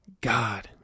God